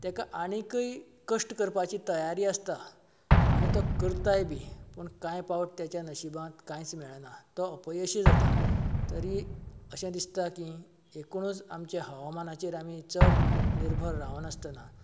तेका आनीकय कश्ट करपाची तयारी आसता आनी तो करताय बी पूण काय पावट तेच्या नशीबांत कांयच मेळना तो अपयशी जाता तरी अशें दिसता की एकुणूच आमचे हवामानाचेर चड निर्भर रावनासतना